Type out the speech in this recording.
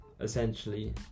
essentially